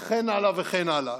וכן הלאה וכן הלאה.